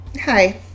Hi